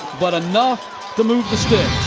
but enough to move the six.